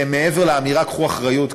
שהם מעבר לאמירה "קחו אחריות".